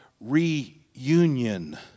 reunion